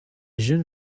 jeune